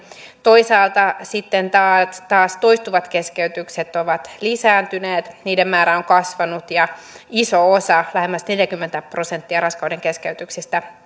toisaalta sitten taas toistuvat keskeytykset ovat lisääntyneet niiden määrä on kasvanut ja iso osa lähemmäs neljäkymmentä prosenttia raskaudenkeskeytyksistä